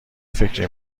فکر